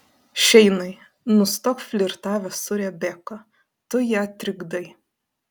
šeinai nustok flirtavęs su rebeka tu ją trikdai